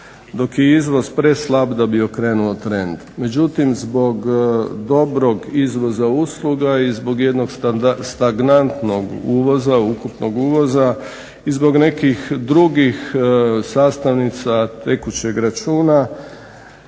dok je izvoz preslab da bi okrenuo trend. Međutim, zbog dobrog izvoza usluga i zbog jednog stagnantnog uvoza, ukupnog uvoza i zbog nekih drugih sastavnica tekućeg računa,